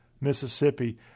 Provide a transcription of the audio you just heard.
Mississippi